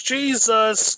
Jesus